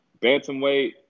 Bantamweight